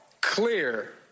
clear